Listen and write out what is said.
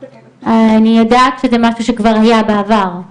אני יודעת שזה משהו שכבר היה בעבר.